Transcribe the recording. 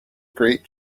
great